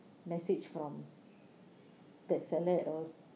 message from that seller at all